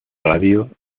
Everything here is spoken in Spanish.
radio